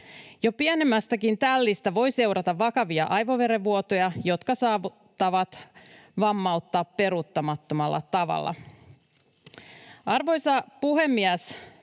Jo pienemmästäkin tällistä voi seurata vakavia aivoverenvuotoja, jotka saattavat vammauttaa peruuttamattomalla tavalla. Arvoisa puhemies!